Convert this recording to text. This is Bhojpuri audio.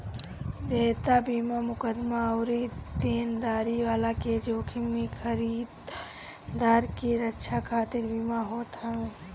देयता बीमा मुकदमा अउरी देनदारी वाला के जोखिम से खरीदार के रक्षा खातिर बीमा होत हवे